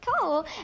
cool